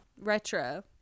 Retro